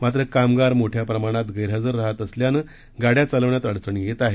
मात्र कामगार मोठ्या प्रमाणात गैरहजर रहात असल्यानं गाड्या चालवण्यात अडचणी येत आहेत